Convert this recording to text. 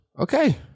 Okay